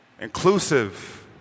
inclusive